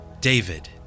David